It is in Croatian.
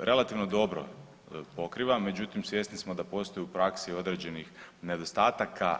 relativno dobro pokriva, međutim, svjesni smo da postoji u praksi određenih nedostataka.